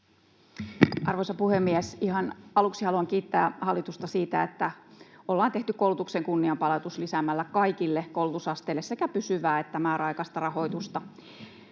Arvoisa puhemies! Ihan aluksi haluan kiittää hallitusta siitä, että ollaan tehty koulutuksen kunnianpalautus lisäämällä kaikille koulutusasteille sekä pysyvää että määräaikaista rahoitusta.